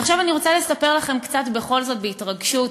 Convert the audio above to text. ועכשיו אני רוצה לספר לכם קצת בכל זאת, בהתרגשות,